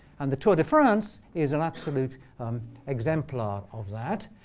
and the tour de france is an absolute exemplar of that.